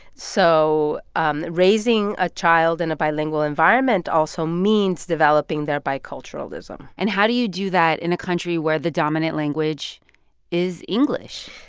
so um raising a child in a bilingual environment also means developing their biculturalism and how do you do that in a country where the dominant language is english?